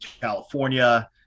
California